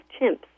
chimps